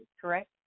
correct